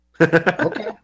Okay